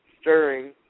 stirring